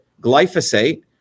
glyphosate